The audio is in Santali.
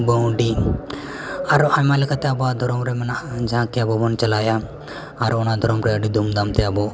ᱵᱟᱹᱶᱰᱤ ᱟᱨᱦᱚᱸ ᱟᱭᱢᱟ ᱞᱮᱠᱟᱛᱮ ᱟᱵᱚᱣᱟᱜ ᱫᱷᱚᱨᱚᱢ ᱨᱮ ᱢᱮᱱᱟᱜᱼᱟ ᱡᱟᱜᱮ ᱟᱵᱚᱵᱚᱱ ᱪᱟᱞᱟᱣᱟ ᱟᱨ ᱚᱱᱟ ᱫᱷᱚᱨᱚᱢᱨᱮ ᱟᱹᱰᱤ ᱫᱷᱩᱢᱫᱷᱟᱢ ᱛᱮ ᱟᱵᱚ